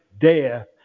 death